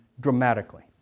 dramatically